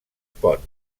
pont